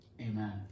amen